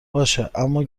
باشه، اما